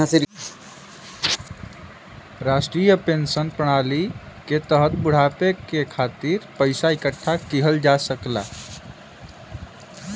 राष्ट्रीय पेंशन प्रणाली के तहत बुढ़ापे के खातिर पइसा इकठ्ठा किहल जा सकला